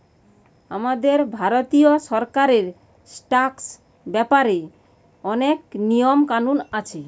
আমাদের ভারতীয় সরকারের ট্যাক্স ব্যাপারে অনেক নিয়ম কানুন আছে